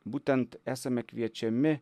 būtent esame kviečiami